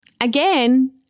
Again